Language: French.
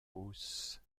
hausse